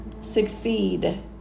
succeed